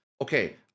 okay